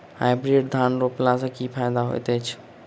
Hybrid धान रोपला सँ की फायदा होइत अछि?